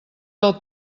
del